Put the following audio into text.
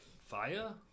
fire